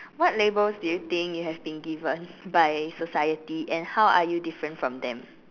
what labels do you think you have been given by society and how are you different from them